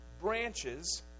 branches